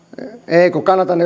ei kun kannatan